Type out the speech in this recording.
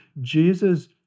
Jesus